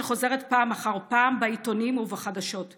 שחוזרת פעם אחר פעם בעיתונים ובחדשות,